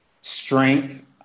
strength